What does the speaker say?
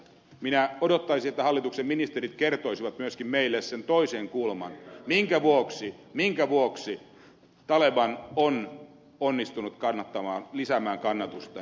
minä odottaisin että hallituksen ministerit kertoisivat myöskin meille sen toisen kulman minkä vuoksi taleban on onnistunut lisäämään kannatustaan